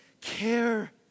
care